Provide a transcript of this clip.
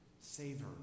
Savor